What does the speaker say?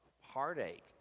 heartache